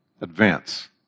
advance